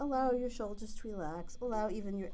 allow your shell just relax all of even your